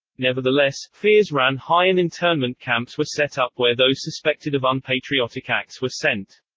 nevertheless, fears ran high and internment camps were set up where those suspected of unpatriotic acts were sent.